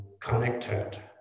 connected